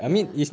ya